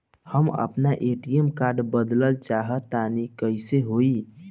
हम आपन ATM card बदलल चाह तनि कइसे होई?